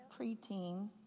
preteen